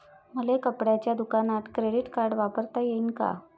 मले कपड्याच्या दुकानात क्रेडिट कार्ड वापरता येईन का?